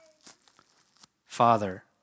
Father